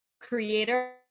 creator